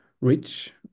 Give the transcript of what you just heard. rich